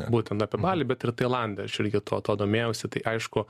būtent apie balį bet ir tailande aš irgi to tuo domėjausi tai aišku